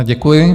Děkuji.